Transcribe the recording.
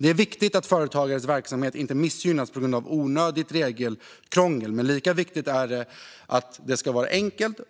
Det är viktigt att företagares verksamhet inte missgynnas på grund av onödigt regelkrångel, men lika viktigt är det att det ska vara enkelt